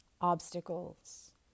Obstacles